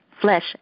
Flesh